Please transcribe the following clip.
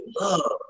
love